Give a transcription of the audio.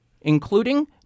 including